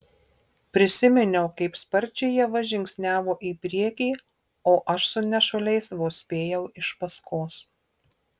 prisiminiau kaip sparčiai ieva žingsniavo į priekį o aš su nešuliais vos spėjau iš paskos